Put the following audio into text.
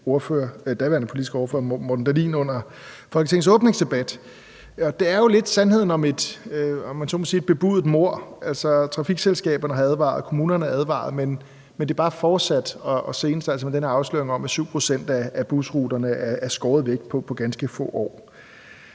daværende politiske ordfører, hr. Morten Dahlin, under Folketingets åbningsdebat. Det er jo lidt sandheden om et, om man så må sige, bebudet mord: Trafikselskaberne har advaret, og kommunerne har advaret, men det er bare fortsat, og senest har der så været den her afsløring af, at 7 pct. af busruterne er skåret væk på ganske få år.